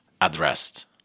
addressed